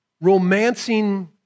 romancing